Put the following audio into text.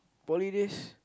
poly days